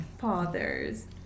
Father's